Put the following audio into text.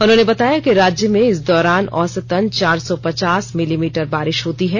उन्होंने बताया कि राज्य में इस दौरान औसतन चार सौ पचास मिलीमीटर बारिश होती है